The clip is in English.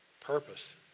purpose